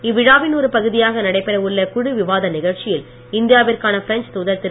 இவ்விழாவின் ஒரு பகுதியாக நடைபெற உள்ள குழு விவாத நிகழ்ச்சியில் இந்தியாவிற்கான பிரெஞ்ச் தூதர் திரு